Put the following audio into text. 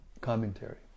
Commentary